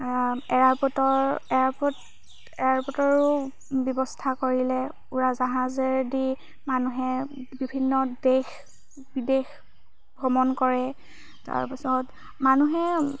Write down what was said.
এয়াৰপৰ্টৰ এয়াৰপৰ্ট এয়াৰপটৰো ব্যৱস্থা কৰিলে উৰাজাহাজেৰেদি মানুহে বিভিন্ন দেশ বিদেশ ভ্ৰমণ কৰে তাৰ পিছত মানুহে